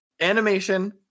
animation